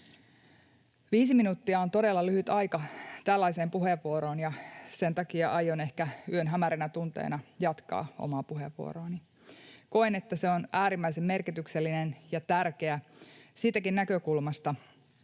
Viisi minuuttia on todella lyhyt aika tällaiseen puheenvuoroon, ja sen takia aion ehkä yön hämärinä tunteina jatkaa omaa puheenvuoroani. Koen, että se on äärimmäisen merkityksellinen ja tärkeä siitäkin näkökulmasta,